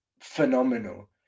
phenomenal